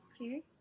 Okay